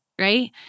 right